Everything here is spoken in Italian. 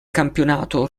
campionato